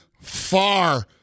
far